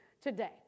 today